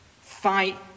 Fight